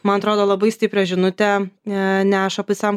man atrodo labai stiprią žinutę neša visam kolektyvui